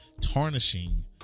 tarnishing